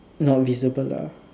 not visible ah